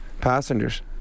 passengers